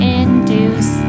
induce